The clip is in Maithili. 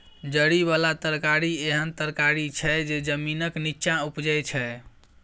जरि बला तरकारी एहन तरकारी छै जे जमीनक नींच्चाँ उपजै छै